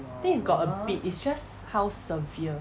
I think he got a bit it's just how severe